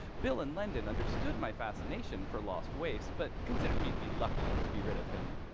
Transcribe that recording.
bill and linden understood my fascination for lost waste but considered me to be lucky to be rid of him.